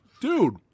Dude